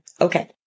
Okay